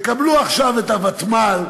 תקבלו עכשיו את הוותמ"ל,